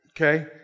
okay